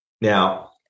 Now